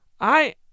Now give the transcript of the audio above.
I